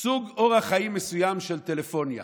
סוג מסוים של טלפוניה